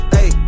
Hey